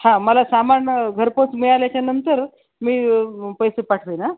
हां मला सामान घरपोच मिळाल्याच्यानंतरच मी पैसे पाठवावे ना